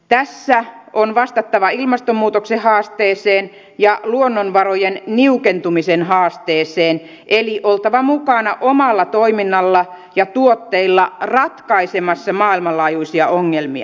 tässä on vastattava ilmastonmuutoksen haasteeseen ja luonnonvarojen niukentumisen haasteeseen eli on oltava mukana omalla toiminnalla ja tuotteilla ratkaisemassa maailmanlaajuisia ongelmia